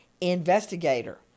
investigator